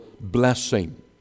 blessing